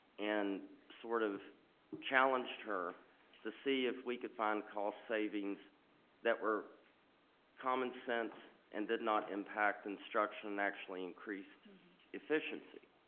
and sort of challenged her to see if we could find cost savings that were common sense, and did not impact instruction and actually increased efficiency.